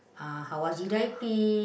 uh Hawazi-Daipi